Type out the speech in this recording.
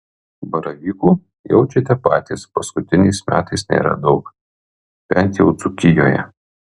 baravykų jaučiate patys paskutiniais metais nėra daug bent jau dzūkijoje